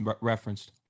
referenced